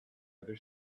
other